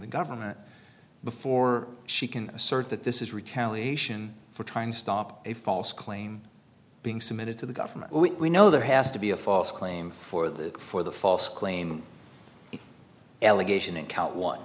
the government before she can assert that this is retaliation for trying to stop a false claim being submitted to the government we know there has to be a false claim for the for the false claim allegation in count one